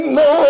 no